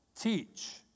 teach